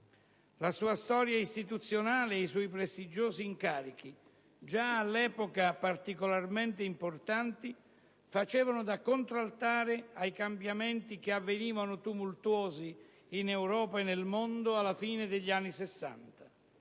La sua storia istituzionale e i suoi prestigiosi incarichi, già all'epoca particolarmente importanti, facevano da contraltare ai cambiamenti che avvenivano tumultuosi in Europa e nel mondo alla fine degli anni '60.